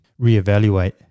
reevaluate